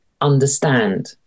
understand